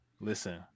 Listen